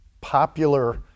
popular